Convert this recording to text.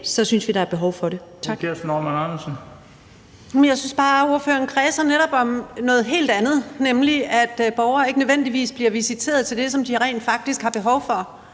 synes vi, der er behov for det.